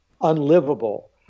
unlivable